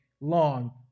long